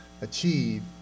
achieve